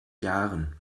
jahren